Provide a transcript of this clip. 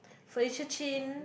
Felicia-Chin